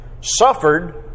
suffered